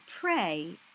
pray